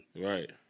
Right